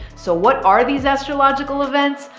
so what are these astrological events?